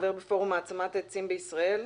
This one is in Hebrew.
חבר בפורום העצמת העצים בישראל.